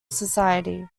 society